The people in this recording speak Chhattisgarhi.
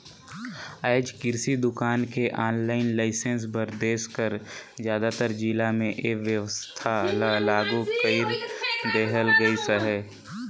आएज किरसि दुकान के आनलाईन लाइसेंस बर देस कर जादातर जिला में ए बेवस्था ल लागू कइर देहल गइस अहे